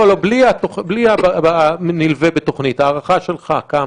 בלי הנלווה בתוכנית, הערכה שלך, כמה?